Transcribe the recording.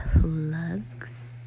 plugs